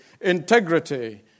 integrity